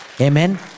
Amen